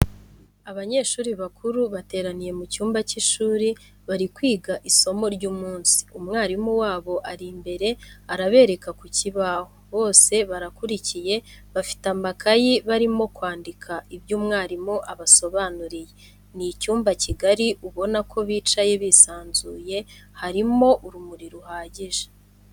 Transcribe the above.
Abanyeshuri bakuru bateraniye mu cyumba cy'ishuri bari kwiga isomo ry'umunsi, umwalimu wabo ari imbere arabereka ku kibaho, bose barakurikiye bafite amakaye barimo kwandika ibyo umwalimu abasobanuriye. ni icyumba kigari ubona ko bicaye bisanzuye , harimo urumuri ruhagije.